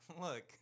Look